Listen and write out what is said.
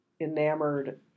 enamored